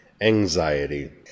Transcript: anxiety